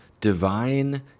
divine